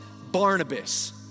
Barnabas